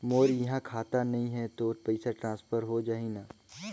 मोर इहां खाता नहीं है तो पइसा ट्रांसफर हो जाही न?